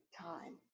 time